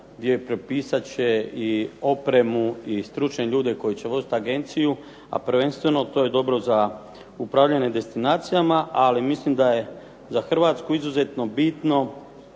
gdje će propisati i opremu i stručne ljude koji će voditi agenciju, a prvenstveno to je dobro za upravljanje destinacijama. Ali mislim da je za Hrvatsku izuzetno bitno